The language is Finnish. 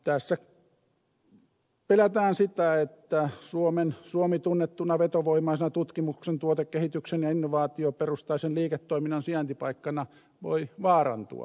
tässä pelätään sitä että suomen asema tunnettuna vetovoimaisena tutkimuksen tuotekehityksen ja innovaatioperustaisen liiketoiminnan sijaintipaikkana voi vaarantua